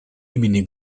имени